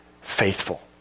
faithful